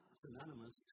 synonymous